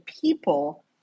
people